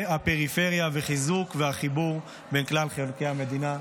הפריפריה וחיזוק החיבור בין כל חלקי המדינה.